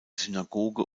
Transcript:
synagoge